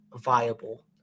viable